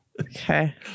Okay